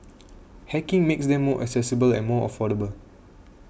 hacking makes them more accessible and more affordable